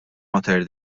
mater